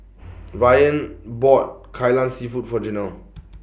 Ryne bought Kai Lan Seafood For Janelle